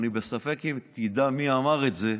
אני בספק אם תדע מי אמר את זה,